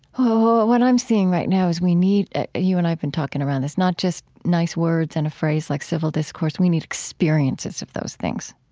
what i'm seeing right now is we need you and i have been talking around this, not just nice words and a phrase like civil discourse we need experiences of those things.